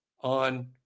on